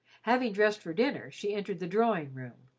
having dressed for dinner, she entered the drawing-room.